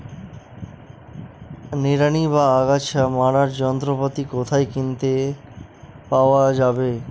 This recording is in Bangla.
নিড়ানি বা আগাছা মারার যন্ত্রপাতি কোথায় কিনতে পাওয়া যাবে?